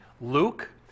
Luke